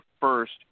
first